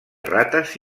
rates